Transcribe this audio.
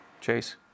Chase